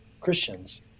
Christians